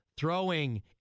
throwing